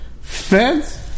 Feds